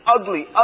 ugly